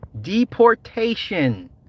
deportation